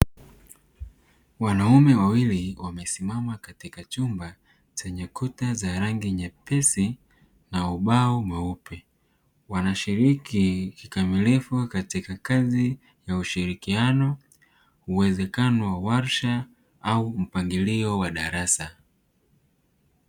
Wanaume wawili wamesimama katika chumba chenye kuta za rangi nyepesi na ubao mweupe, wanashiriki kikamilifu katika kazi ya ushirikiano uwezekano wa warsha au mpangilio wa darasa.